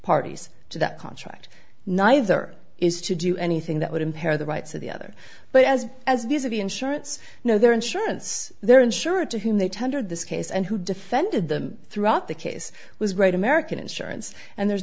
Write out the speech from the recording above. parties to that contract neither is to do anything that would impair the rights of the other but as as views of insurance know their insurance their insurer to whom they tendered this case and who defended them throughout the case was great american insurance and there's